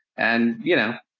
and, you know,